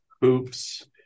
hoops